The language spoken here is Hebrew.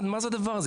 מה זה הדבר הזה?